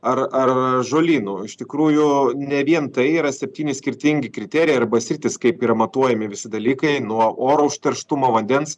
ar ar žolynų iš tikrųjų ne vien tai yra septyni skirtingi kriterijai arba sritys kaip yra matuojami visi dalykai nuo oro užterštumo vandens